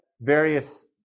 various